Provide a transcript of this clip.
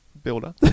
Builder